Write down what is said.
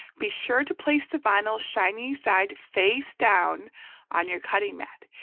be sure to place the vinyl shiny side face down on your cutting mat.